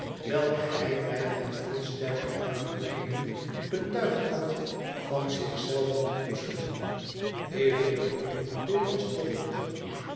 welke hij mij met veel sterker uitdrukkingen betuigd had van zich zelven te koesteren evenwel dit was toch maar zoo